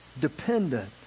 dependent